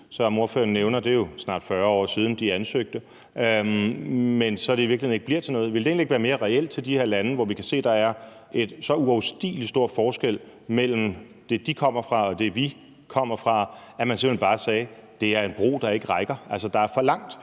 som ordføreren nævner, ansøgte – men at det så i virkeligheden ikke bliver til noget? Ville det egentlig ikke være mere reelt i forhold til de her lande, hvor vi kan se, at der er en så uoverstigelig stor forskel mellem det, de kommer fra, og det, vi kommer fra, at man simpelt hen bare sagde, at det er en bro, der ikke rækker, at der er for langt,